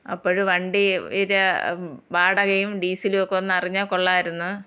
അപ്പോഴ് വണ്ടി രെ വാടകയും ഡീസലും ഒക്കെ ഒന്ന് അറിഞ്ഞാല് കൊള്ളാമായിരുന്നു